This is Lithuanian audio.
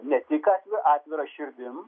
ne tik atvira širdim